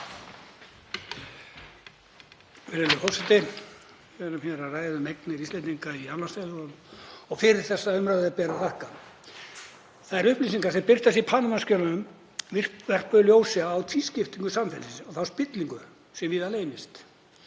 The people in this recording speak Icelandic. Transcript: Þær upplýsingar sem birtust í Panama-skjölunum vörpuðu ljósi á tvískiptingu samfélagsins og þá spillingu sem víða leynist.